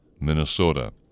Minnesota